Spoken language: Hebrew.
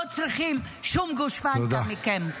לא צריכים שום גושפנקה מכם.